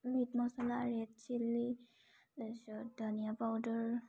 meat masala red chilli তাৰপিছত ধনিয়া powder